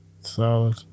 Solid